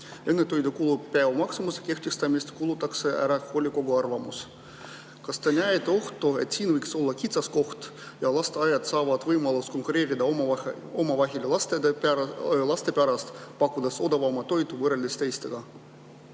Enne toidukulu päevamaksumuse kehtestamist kuulatakse ära hoolekogu arvamus. Kas te näete ohtu, et siin võiks olla kitsaskoht – lasteaiad saaksid võimaluse konkureerida omavahel laste pärast, pakkudes odavamat toitu võrreldes teistega?